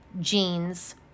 jeans